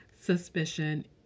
suspicion